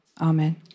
Amen